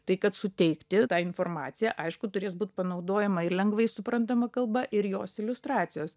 tai kad suteikti tą informaciją aišku turės būt panaudojama ir lengvai suprantama kalba ir jos iliustracijos